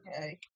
Okay